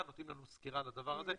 נותנים לנו סקירה בוועדה על הנושא הזה.